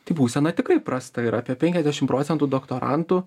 tai būsena tikrai prasta ir apie penkiasdešim procentų doktorantų